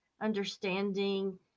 understanding